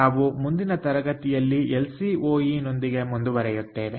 ನಾವು ಮುಂದಿನ ತರಗತಿಯಲ್ಲಿ ಎಲ್ ಸಿ ಓ ಇ ನೊಂದಿಗೆ ಮುಂದುವರಿಯುತ್ತೇವೆ